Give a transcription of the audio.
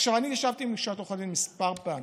אני ישבתי עם לשכת עורכי הדין כמה פעמים,